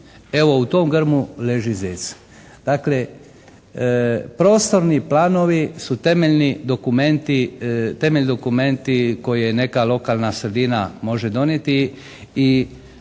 Evo u tom grmu leži zec. Dakle prostorni planovi su temeljni dokumenti, temeljni dokumenti koje neka lokalna sredina može donijeti i